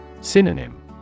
Synonym